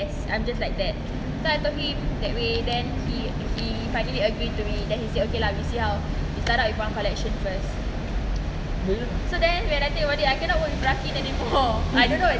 bila